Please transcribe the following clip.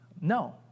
No